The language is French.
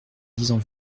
disant